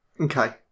Okay